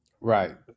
Right